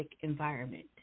environment